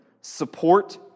support